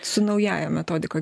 su naująja metodika